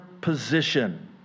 position